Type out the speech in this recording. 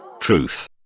Truth